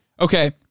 Okay